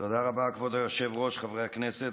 תודה רבה, כבוד היושב-ראש, חברי הכנסת.